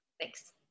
Thanks